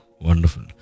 Wonderful